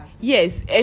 yes